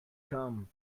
come